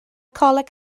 coleg